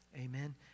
Amen